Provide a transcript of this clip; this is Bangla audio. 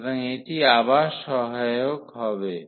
সুতরাং এটি আবার সহায়ক হবে